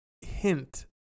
hint